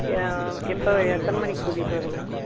எப்போ எத்தனை மணிக்கு கூட்டிகிட்டு வரதுங்க